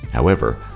however,